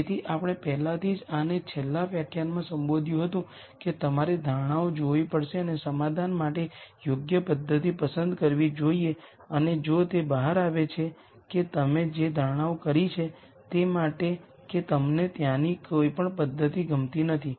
તેથી આપણે પહેલાથી જ આને છેલ્લા વ્યાખ્યાનમાં સંબોધ્યું હતું કે તમારે ધારણાઓ જોવી પડશે અને સમાધાન માટે યોગ્ય પદ્ધતિ પસંદ કરવી જોઈએ અને જો તે બહાર આવે છે કે તમે જે ધારણાઓ કરી છે તે માટે કે તમને ત્યાંની કોઈપણ પદ્ધતિ ગમતી નથી